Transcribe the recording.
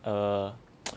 err